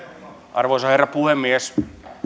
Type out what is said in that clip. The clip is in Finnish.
arvoisa herra puhemies